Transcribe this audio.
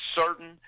certain